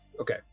okay